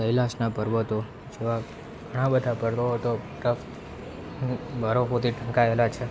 કૈલાશના પર્વતો જેવાં ઘણાં બધાં પર્વતો બરફ બરફોથી ઢંકાએલાં છે